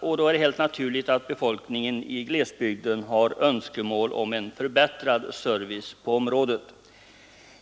Det är helt naturligt att befolkningen i glesbygden har önskemål om en förbättrad service på detta område.